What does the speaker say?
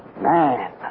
Man